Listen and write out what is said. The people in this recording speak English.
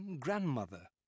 grandmother